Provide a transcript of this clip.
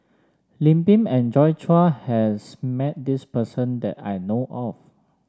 Lim Pin and Joi Chua has met this person that I know of